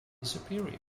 superior